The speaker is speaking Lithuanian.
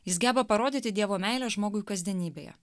jis geba parodyti dievo meilę žmogui kasdienybėje